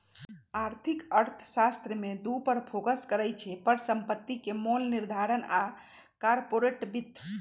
आर्थिक अर्थशास्त्र में दू पर फोकस करइ छै, परिसंपत्ति के मोल निर्धारण आऽ कारपोरेट वित्त